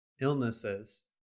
illnesses